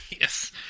Yes